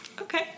Okay